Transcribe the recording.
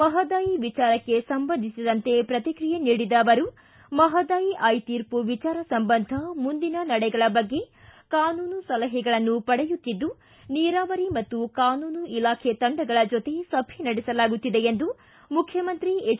ಮಹದಾಯಿ ವಿಚಾರಕ್ಕೆ ಸಂಬಂಧಿಸಿದಂತೆ ಪ್ರತಿಕ್ರಿಯೆ ನೀಡಿದ ಅವರು ಮಹದಾಯಿ ಐತೀರ್ಪು ವಿಚಾರ ಸಂಬಂಧ ಮುಂದಿನ ನಡೆಗಳ ಬಗ್ಗೆ ಕಾನೂನು ಸಲಹೆಗಳನ್ನು ಪಡೆಯುತ್ತಿದ್ದು ನೀರಾವರಿ ಮತ್ತು ಕಾನೂನು ಇಲಾಖೆ ತಂಡಗಳ ಜೊತೆ ಸಭೆ ನಡೆಸಲಾಗುತ್ತಿದೆ ಎಂದು ಮುಖ್ಚಮಂತ್ರಿ ಎಚ್